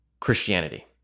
Christianity